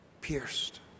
pierced